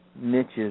niches